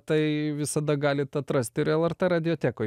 tai visada galit atrast ir lrt radiotekoj